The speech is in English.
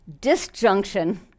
disjunction